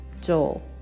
Joel